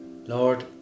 Lord